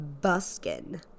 Buskin